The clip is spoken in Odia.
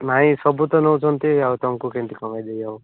ନାଇଁ ସବୁ ତ ନେଉଛନ୍ତି ଆଉ ତୁମକୁ କେମିତି କମାଇ ଦେବି ଆଉ